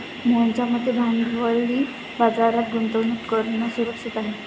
मोहनच्या मते भांडवली बाजारात गुंतवणूक करणं सुरक्षित आहे